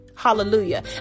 Hallelujah